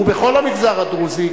ובכל המגזר הדרוזי,